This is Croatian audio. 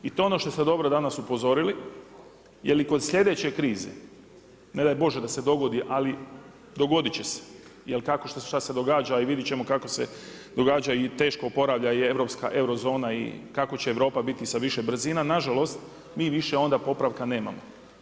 I to je ono što ste dobro danas upozorili jer kod sljedeće krize ne daj Bože da se dogodi, ali dogodit će se jer kao što se događa i vidjet ćemo kako se događa i teško oporavlja i europska euro-zona i kako će Europa biti sa više brzina, na žalost mi više onda popravka nemamo.